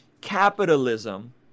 capitalism